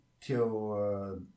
till